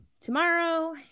tomorrow